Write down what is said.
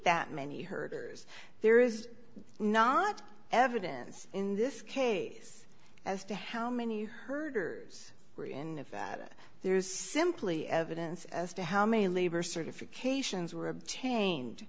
that many herders there is not evidence in this case as to how many herders were in that there is simply evidence as to how many labor certifications were